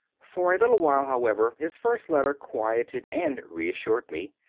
for a little while, however, his first letter quieted and reassured me,